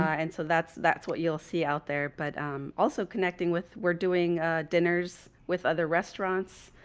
and so that's, that's what you'll see out there. but also connecting with we're doing dinners with other restaurants.